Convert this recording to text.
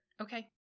Okay